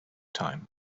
time